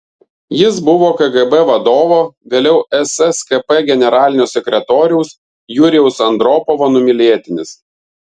jis buvo kgb vadovo vėliau sskp generalinio sekretoriaus jurijaus andropovo numylėtinis